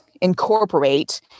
incorporate